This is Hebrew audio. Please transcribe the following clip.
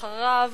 אחריו,